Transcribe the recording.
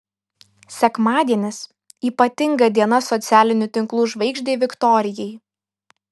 sekmadienis ypatinga diena socialinių tinklų žvaigždei viktorijai